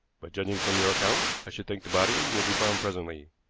but, judging from your account, i should think the body will be found presently.